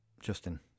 Justin